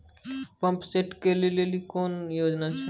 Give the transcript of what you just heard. Pump set केलेली कोनो योजना छ?